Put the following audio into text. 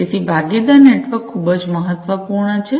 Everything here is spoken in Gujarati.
તેથી ભાગીદાર નેટવર્ક ખુબ જ મહત્વપૂર્ણ છે